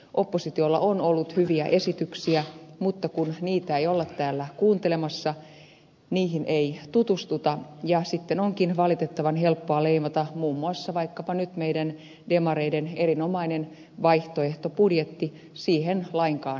oppositiolla on ollut hyviä esityksiä mutta kun niitä ei olla täällä kuuntelemassa niihin ei tutustuta niin sitten onkin valitettavan helppoa leimata muun muassa vaikkapa nyt meidän demareiden erinomainen vaihtoehtobudjetti siihen lainkaan perehtymättä